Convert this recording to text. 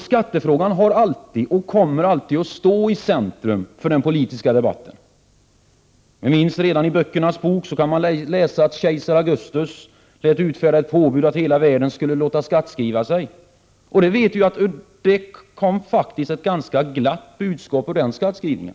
Skattefrågan har alltid stått i centrum och kommer alltid att göra det för den politiska debatten. Redan i böckernas bok kan man läsa att ”kejsar Augustus lät utfärda ett påbud att hela världen skulle låta skattskriva sig”, och vi vet ju att det faktiskt kom ett ganska glatt budskap ur den skattskrivningen.